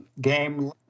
game